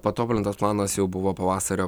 patobulintas planas jau buvo pavasario